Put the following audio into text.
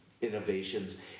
innovations